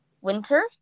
Winter